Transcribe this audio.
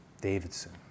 Davidson